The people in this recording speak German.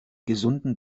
gesunden